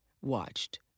watched